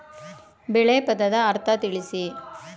ಬೆಳೆ ಪದದ ಅರ್ಥ ತಿಳಿಸಿ?